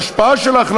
ההשפעה שלך,